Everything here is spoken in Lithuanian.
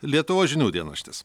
lietuvos žinių dienraštis